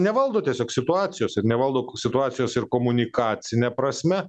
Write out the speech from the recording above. nevaldo tiesiog situacijos ir nevaldo situacijos ir komunikacine prasme